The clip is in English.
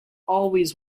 always